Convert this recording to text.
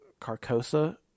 carcosa